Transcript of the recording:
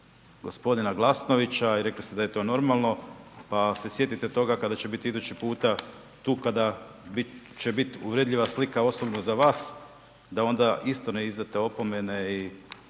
g. Glasnovića i rekli ste da je to normalno pa se sjetite toga kada će biti idući puta tu kada će biti uvredljiva slika osobno za vas, da onda isto ne izdate opomene i